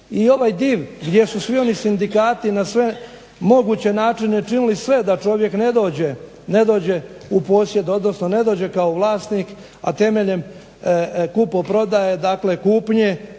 I ovaj DIV gdje su svi oni sindikati na sve moguće načine činili sve da čovjek ne dođe u posjed odnosno ne dođe kao vlasnik, a temeljem kupoprodaje, dakle kupnje